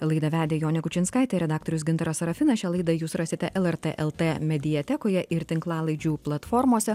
laidą vedė jonė kučinskaitė redaktorius gintaras serafinas šią laidą jūs rasite el er tė el tė mediatekoje ir tinklalaidžių platformose